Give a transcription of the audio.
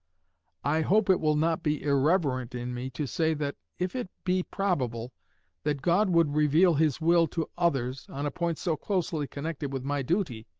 i hope it will not be irreverent in me to say that if it be probable that god would reveal his will to others, on a point so closely connected with my duty,